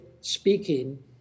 speaking